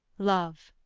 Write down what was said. love,